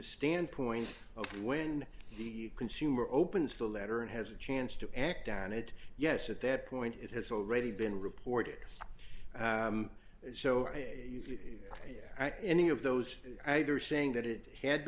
the standpoint of when the consumer opens the letter and has a chance to act on it yes at that point it has already been reported so here any of those either saying that it had